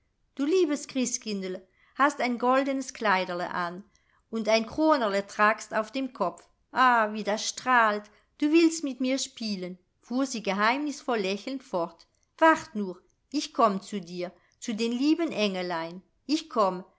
du liebes christkindl hast ein goldenes kleiderl an und ein kronerl tragst auf dem kopf ah wie das strahlt du willst mit mir spielen fuhr sie geheimnisvoll lächelnd fort wart nur ich komm zu dir zu den lieben engelein ich komm